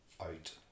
out